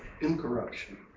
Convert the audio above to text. incorruption